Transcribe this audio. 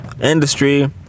industry